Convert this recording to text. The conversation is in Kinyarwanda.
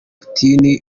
putin